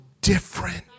different